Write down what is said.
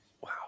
Wow